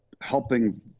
helping